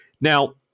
Now